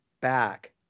back